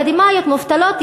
אקדמאיות מובטלות,